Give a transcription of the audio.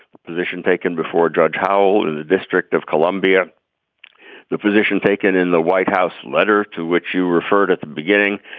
position taken before drudge how the district of columbia the position taken in the white house letter to which you referred at the beginning.